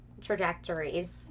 trajectories